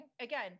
Again